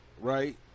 Right